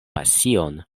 pasion